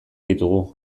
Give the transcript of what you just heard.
ditugu